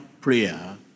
prayer